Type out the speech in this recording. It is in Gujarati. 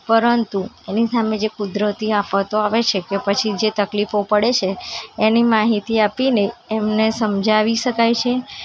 પરંતુ એની સામે જે કુદરતી આફતો આવે છે કે પછી જે તકલીફો પડે છે એની માહિતી આપીને એમને સમજાવી શકાય છે